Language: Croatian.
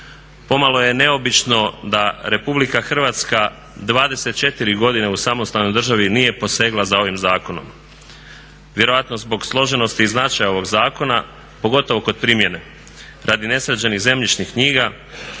Pomalo je neobično da RH 24 godine u samostalnoj državni nije posegle za ovim zakonom. Vjerojatno zbog složenosti i značaja ovog zakona pogotovo kod primjene. Radi nesređenih zemljišnih knjiga